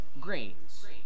grains